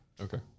Okay